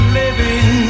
living